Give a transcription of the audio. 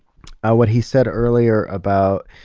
ah what he said earlier about,